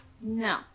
No